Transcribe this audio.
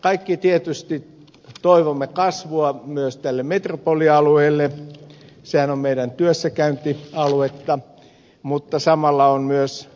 kaikki tietysti toivomme kasvua myös tälle metropolialueelle sehän on meidän työssäkäyntialuettamme mutta samalla on myös